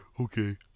Okay